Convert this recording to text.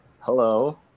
hello